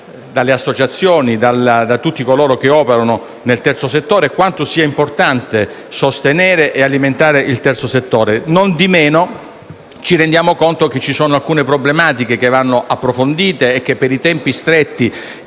dalle associazioni e da tutti coloro che operano nel terzo settore e di quanto sia importante sostenere e alimentare il terzo settore. Nondimeno, ci rendiamo conto che vi sono alcune problematiche che vanno approfondite e che, per i tempi stretti